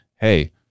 hey